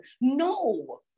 No